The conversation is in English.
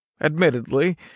Admittedly